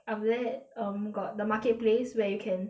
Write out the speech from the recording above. after that um got the marketplace where you can